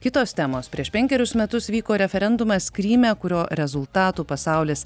kitos temos prieš penkerius metus vyko referendumas kryme kurio rezultatų pasaulis